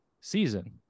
season